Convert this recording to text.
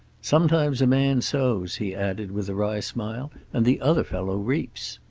sometimes a man sows, he added, with a wry smile, and the other fellow reaps.